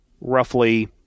roughly